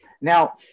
Now